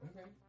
Okay